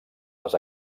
les